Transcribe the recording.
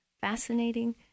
fascinating